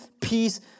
peace